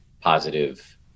positive